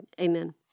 Amen